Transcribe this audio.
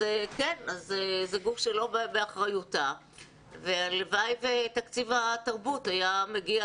אז זה גוף שלא באחריותה והלוואי ותקציב התרבות היה מגיע